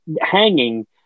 hanging